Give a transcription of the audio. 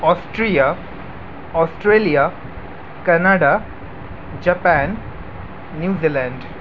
Austria Australia Canada Japan New Zealand